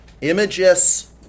Images